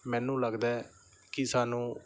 ਮੈਨੂੰ ਲੱਗਦਾ ਕਿ ਸਾਨੂੰ